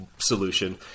solution